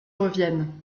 reviennes